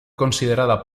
considerada